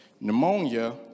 pneumonia